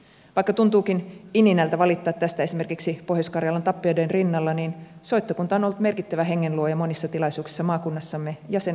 vaikka tuntuukin ininältä valittaa tästä esimerkiksi pohjois karjalan tappioiden rinnalla niin soittokunta on ollut merkittävä hengenluoja monissa tilaisuuksissa maakunnassamme ja sen ulkopuolellakin